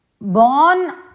born